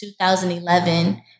2011